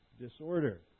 Disorder